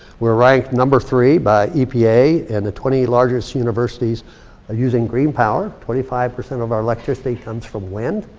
we're ranked number three by epa and the twenty largest universities using green-power. twenty five percent of our electricity comes from wind.